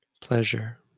pleasure